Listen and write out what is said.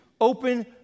open